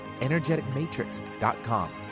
energeticmatrix.com